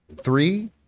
Three